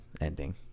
ending